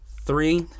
Three